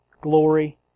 Glory